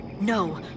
No